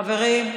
חברים,